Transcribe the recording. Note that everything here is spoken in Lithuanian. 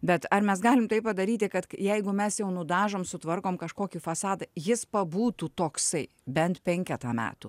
bet ar mes galim tai padaryti kad jeigu mes jau nudažom sutvarkom kažkokį fasadą jis pabūtų toksai bent penketą metų